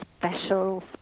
special